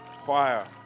choir